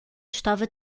estava